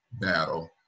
battle